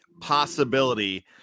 possibility